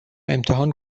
امتحان